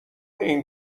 این